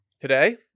Today